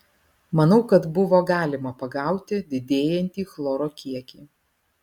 manau kad buvo galima pagauti didėjantį chloro kiekį